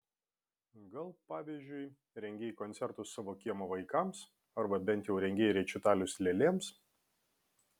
gal pavyzdžiui rengei koncertus savo kiemo vaikams arba bent jau rengei rečitalius lėlėms